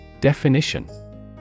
Definition